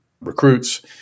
recruits